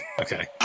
okay